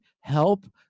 help